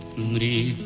monday